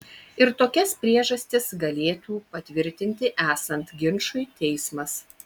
ir tokias priežastis galėtų patvirtinti esant ginčui teismas